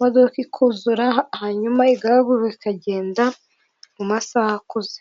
modoka ikuzura, hanyuma igahaguka ikagenda mu masaha akuze.